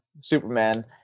Superman